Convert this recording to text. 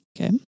Okay